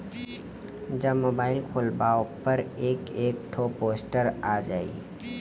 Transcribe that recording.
जब मोबाइल खोल्बा ओपर एक एक ठो पोस्टर आ जाई